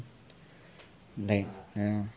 like I don't know